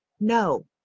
No